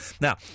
Now